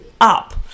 up